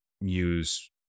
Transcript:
use